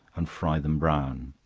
and fry them brown.